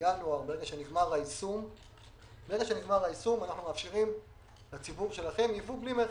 מינואר ברגע שנגמר היישום אנחנו מאפשרים לציבור שלכם ייבוא בלי מכס.